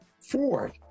Ford